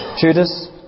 Judas